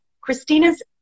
Christina's